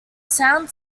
sound